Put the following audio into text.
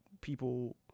people